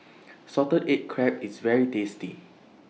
Salted Egg Crab IS very tasty